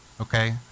okay